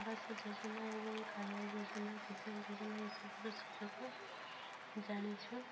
ଆବାସ ଯୋଜନା ଏବଂ କାଳିଆ ଯୋଜନା କିଷାନ ଯୋଜନା ଏସବୁର ସୁଯୋଗ ଜାଣିଛୁ